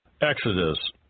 Exodus